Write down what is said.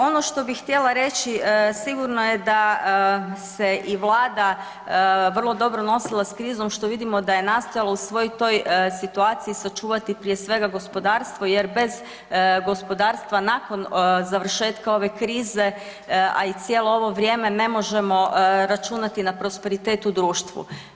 Ono što bih htjela reći, sigurno je da se i Vlada vrlo dobro nosila s krizom što vidimo da je nastojala u svoj toj situaciji sačuvati prije svega gospodarstvo jer bez gospodarstva nakon završetka ove krize a i cijelo ovo vrijeme, ne možemo računati na prosperitet u društvu.